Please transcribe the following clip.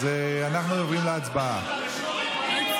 אז אנחנו עוברים להצבעה.